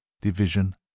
Division